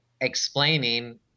explaining